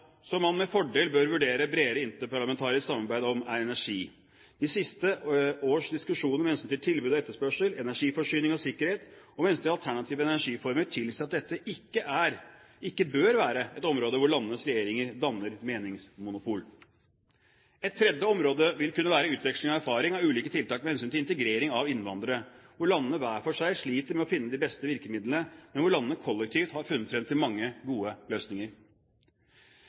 som man med fordel bør vurdere bredere interparlamentarisk samarbeid om, er energi. De siste års diskusjoner om tilbud og etterspørsel, energiforsyning og sikkerhet, og alternative energiformer tilsier at dette ikke bør være et område hvor landenes regjeringer danner meningsmonopol. Et tredje område vil kunne være utveksling av erfaring med ulike tiltak med hensyn til integrering av innvandrere, hvor landene hver for seg sliter med å finne de beste virkemidlene, men kollektivt har funnet frem til mange gode løsninger.